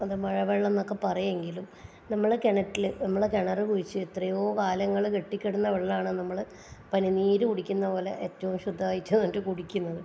അത് മഴവെള്ളം എന്നൊക്കെ പറയുമെങ്കിലും നമ്മൾ കിണറ്റിലെ നമ്മൾ കിണർ കുഴിച്ച് എത്രയോ കാലങ്ങൾ കെട്ടിക്കിടന്ന വെള്ളമാണ് നമ്മൾ പനിനീർ കുടിക്കുന്നത് പോലെ ഏറ്റവും ശുദ്ധമായിട്ട് എന്നിട്ട് കുടിക്കുന്നത്